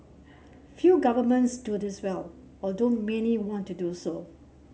few governments do this well although many want to do so